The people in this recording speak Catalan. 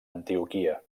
antioquia